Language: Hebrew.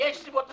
ויש סיבות אחרות.